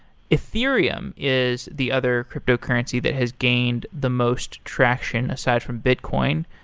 ethereum is the other cryptocurrency that has gained the most traction aside from bitcoin.